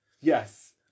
Yes